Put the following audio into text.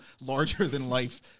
larger-than-life